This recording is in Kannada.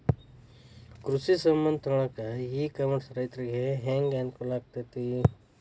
ಕೃಷಿ ಸಾಮಾನ್ ತಗೊಳಕ್ಕ ಇ ಕಾಮರ್ಸ್ ರೈತರಿಗೆ ಹ್ಯಾಂಗ್ ಅನುಕೂಲ ಆಕ್ಕೈತ್ರಿ?